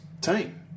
team